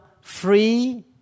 free